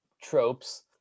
tropes